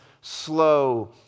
slow